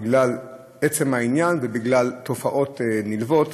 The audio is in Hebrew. בגלל עצם העניין ובגלל תופעות נלוות.